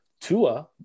Tua